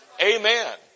Amen